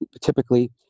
typically